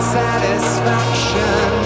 satisfaction